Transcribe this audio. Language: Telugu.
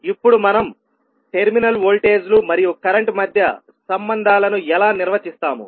ఇప్పుడు మనం టెర్మినల్ వోల్టేజ్ లు మరియు కరెంట్ మధ్య సంబంధాలను ఎలా నిర్వచిస్తాము